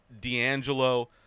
D'Angelo